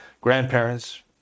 grandparents